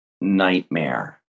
nightmare